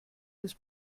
des